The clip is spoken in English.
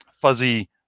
fuzzy